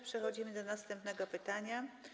Przechodzimy do następnego pytania.